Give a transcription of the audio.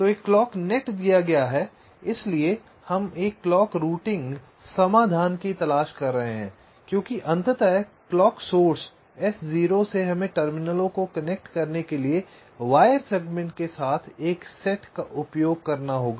तो एक clock net दिया गया है इसलिए हम एक क्लॉक रूटिंग समाधान की तलाश कर रहे हैं क्योंकि अंततः क्लॉक सोर्स S0 से हमें टर्मिनलों को कनेक्ट करने के लिए वायर सेगमेंट के एक सेट का उपयोग करना होगा